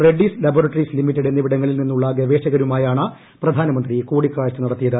Reddy's laboratories limited എന്നിവിടങ്ങളിൽ നിന്നുള്ള ഗവേഷകരുമായാണ് പ്രധാനമന്ത്രി കൂടിക്കാഴ്ച നടത്തിയത്